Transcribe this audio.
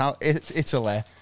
Italy